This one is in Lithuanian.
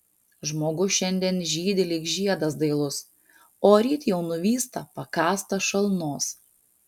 žmogus šiandien žydi lyg žiedas dailus o ryt jau nuvysta pakąstas šalnos